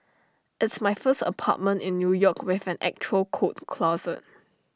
it's my first apartment in new york with an actual coat closet